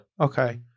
Okay